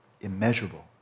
immeasurable